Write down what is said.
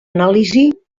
anàlisi